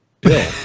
Bill